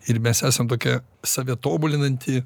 ir mes esam tokia save tobulinanti